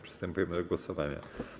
Przystępujemy do głosowania.